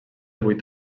vuit